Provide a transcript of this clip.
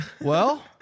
Well-